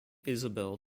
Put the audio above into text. isabel